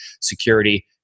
security